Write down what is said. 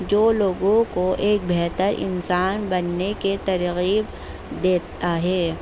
جو لوگوں کو ایک بہتر انسان بننے کے ترغیب دیتا ہے